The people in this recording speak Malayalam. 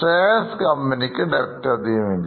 Shreyas കമ്പനിക്ക്debt അധികമില്ല